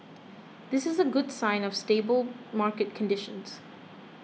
this is a good sign of stable market conditions